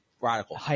radical